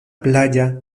playa